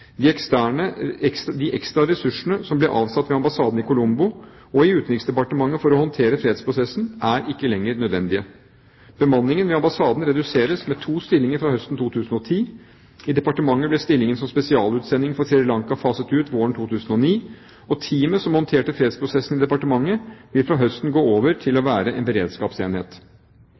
De ekstra ressursene som ble avsatt ved ambassaden i Colombo og i Utenriksdepartementet for å håndtere fredsprosessen, er ikke lenger nødvendige. Bemanningen ved ambassaden reduseres med to stillinger fra høsten 2010. I departementet ble stillingen som spesialutsending for Sri Lanka faset ut våren 2009, og teamet som håndterte fredsprosessen i departementet, vil fra høsten gå over til å være en beredskapsenhet.